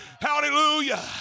Hallelujah